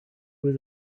was